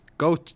Go